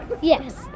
Yes